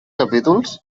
capítols